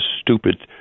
stupid